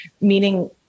Meaning